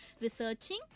researching